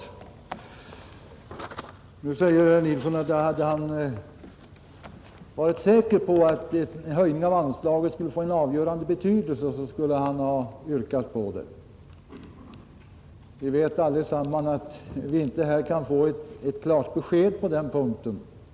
Herr Nilsson i Agnäs säger att om han hade varit säker på att en höjning av anslaget skulle få en avgörande betydelse skulle han ha yrkat på det. Vi vet allesamman att det inte går att få ett klart besked på den punkten.